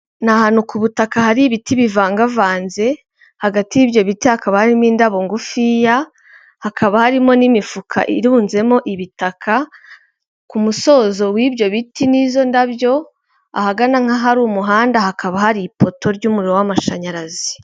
Ni ahantu ku ubutaka hari ibiti bivangavanze, hagati y'ibyo biti hakaba harimo indabo ngufiya, hakaba harimo n'imifuka irunzemo ibitaka ku musozo w'ibyo biti n'izo ndabyo, ahagana nk'ahari umuhanda hakaba hari ipoto ry'umuriro w'amashanyarazi.